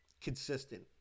consistent